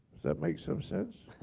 does that makes some sense?